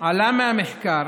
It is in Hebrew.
עלה מהמחקר